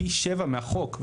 פי שבע מהחוק,